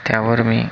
त्यावर मी